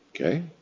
Okay